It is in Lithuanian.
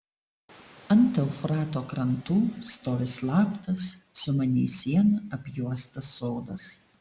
ant eufrato krantų stovi slaptas sumaniai siena apjuostas sodas